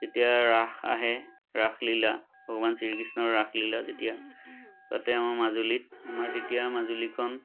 যেতিয়া ৰাস আহে ৰাসলীলা ভগৱান শ্ৰীকৃষ্ণৰ ৰাসলীলা যেতিয়া তাতে আমাৰ মাজুলীত আমাৰ তেতিয়া মাজুলীখন